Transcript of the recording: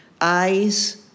Eyes